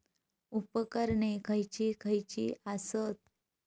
उपकरणे खैयची खैयची आसत?